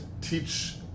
teach